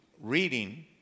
reading